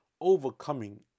overcoming